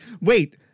wait